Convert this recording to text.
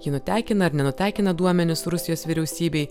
ji nutekina ar nenutekina duomenis rusijos vyriausybei